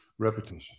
repetition